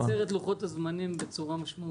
זה מקצר את לוחות הזמנים בצורה משמעותית.